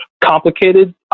complicated